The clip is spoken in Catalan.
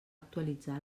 actualitzar